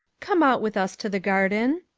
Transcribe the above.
come out with us to the garden.